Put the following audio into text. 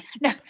no